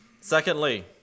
Secondly